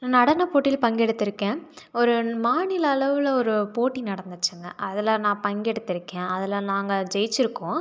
நடனப் போட்டியில் பங்கெடுத்துருக்கேன் ஒரு மாநில அளவில் ஒரு போட்டி நடந்துச்சுங்க அதில் நான் பங்கெடுத்திருக்கேன் அதில் நாங்க ஜெயிச்சுருக்கோம்